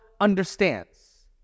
understands